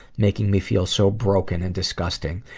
making me feel so broken and disgusting.